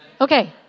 Okay